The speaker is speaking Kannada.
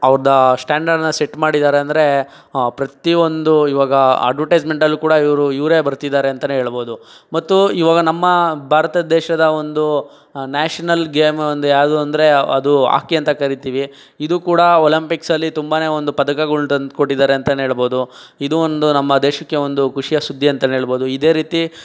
ಅವ್ರದ್ದಾ ಸ್ಟಾಂಡರ್ಡ್ನ ಸೆಟ್ ಮಾಡಿದ್ದಾರೆ ಅಂದರೆ ಪ್ರತಿಯೊಂದು ಇವಾಗ ಅಡ್ವಟೈಸ್ಮೆಂಟ್ ಅಲ್ಲೂ ಕೂಡ ಇವರು ಇವರೇ ಬರ್ತಿದ್ದಾರೆ ಅಂತಲೇ ಹೇಳ್ಬೋದು ಮತ್ತು ಇವಾಗ ನಮ್ಮ ಭಾರತ ದೇಶದ ಒಂದು ನ್ಯಾಷ್ನಲ್ ಗೇಮ್ ಅಂದ್ ಯಾವುದು ಅಂದರೆ ಅದು ಹಾಕಿ ಅಂತ ಕರಿತೀವಿ ಇದು ಕೂಡ ಒಲಂಪಿಕ್ಸ್ ಅಲ್ಲಿ ತುಂಬನೇ ಒಂದು ಪದಕಗಳನ್ನ ತಂದುಕೊಟ್ಟಿದ್ದಾರೆ ಅಂತಲೇ ಹೇಳ್ಬೋದು ಇದು ಒಂದು ನಮ್ಮ ದೇಶಕ್ಕೆ ಒಂದು ಖುಷಿಯ ಸುದ್ದಿ ಅಂತಲೇ ಹೇಳಬಹುದು ಇದೇ ರೀತಿ